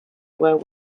were